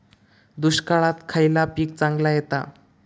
दुष्काळात खयला पीक चांगला येता?